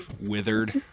withered